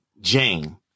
Jane